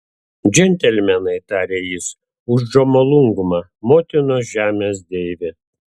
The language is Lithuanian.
džentelmenai tarė jis už džomolungmą motinos žemės deivę